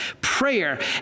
prayer